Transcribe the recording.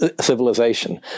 civilization